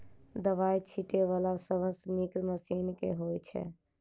दवाई छीटै वला सबसँ नीक मशीन केँ होइ छै?